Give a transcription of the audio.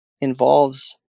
involves